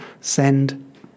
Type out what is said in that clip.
send